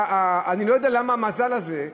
שאני לא יודע למה יש כאן המזל הזה,